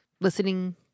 listening